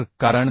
कारण 2